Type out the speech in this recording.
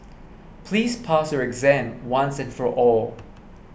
please pass your exam once and for all